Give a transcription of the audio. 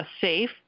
Safe